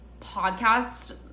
podcast